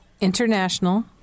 International